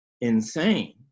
insane